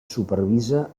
supervisa